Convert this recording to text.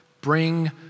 Bring